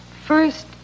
First